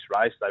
race